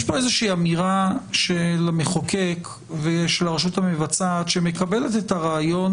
יש פה איזה אמירה של המחוקק ושל הרשות המבצעת שמקבלת את הרעיון